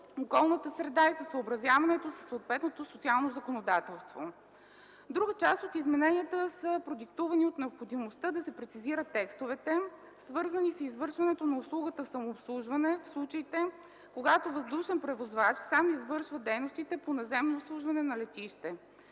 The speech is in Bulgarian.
околната среда и със съобразяването със съответното социално законодателство. Друга част от измененията са продиктувани от необходимостта да се прецизират текстовете, свързани с извършването на услугата „Самообслужване”, в случаите когато въздушен превозвач сам извършва дейностите по наземно обслужване на летище.